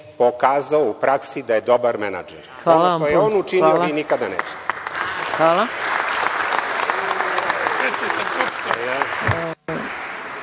pokazao u praksi da je dobar menadžer. Što je on učinio, vi nikada nećete. **Maja